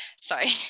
sorry